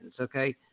okay